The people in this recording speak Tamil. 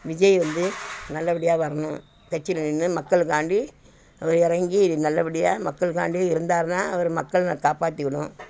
விஜய் வந்து நல்லபடியாக வரணும் கட்சியில் நின்று மக்களுக்காண்டி அவர் இறங்கி நல்லபடியாக மக்களுக்காண்டி இருந்தாருன்னா அவரை மக்கள் காப்பாற்றி விடும்